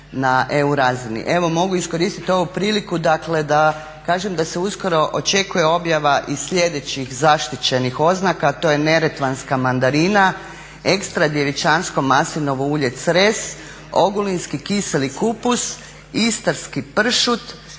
Evo mogu iskoristiti ovu priliku dakle da kažem da se uskoro očekuje objava i slijedećih zaštićenih oznaka a to je neretvanska mandarina, ekstra djevičansko maslinovo ulje Cres, ogulinski kiseli kupus, istarski pršut,